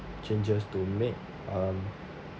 changes to make um